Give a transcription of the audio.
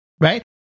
right